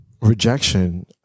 rejection